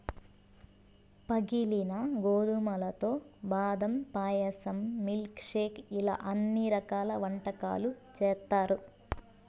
పగిలిన గోధుమలతో బాదం పాయసం, మిల్క్ షేక్ ఇలా అన్ని రకాల వంటకాలు చేత్తారు